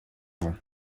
vont